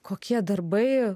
kokie darbai